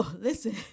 listen